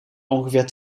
ongeveer